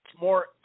more